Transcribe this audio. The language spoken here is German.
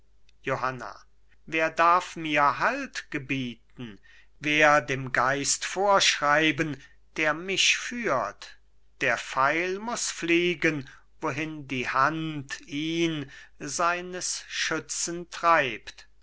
johanna wer darf mir halt gebieten wer dem geist vorschreiben der mich führt der pfeil muß fliegen wohin die hand ihn seines schützen treibt